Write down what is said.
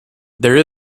there